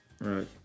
Right